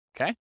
Okay